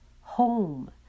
home